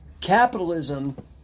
capitalism